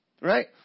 Right